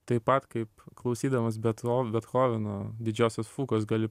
taip pat kaip klausydamas bet bethoveno didžiosios fugos gali